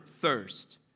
thirst